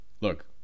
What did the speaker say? look